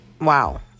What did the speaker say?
Wow